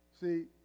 see